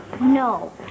No